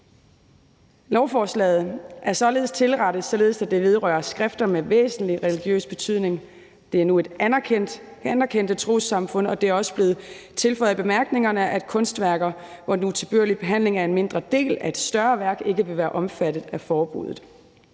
Lovforslaget er tilrettet således, at det vedrører skrifter med væsentlig religiøs betydning. Det omfatter nu anerkendte trossamfund, og det er også blevet tilføjet i bemærkningerne, at kunstværker, hvor den utilbørlige behandling er en mindre del af et større værk, ikke vil være omfattet af forbuddet.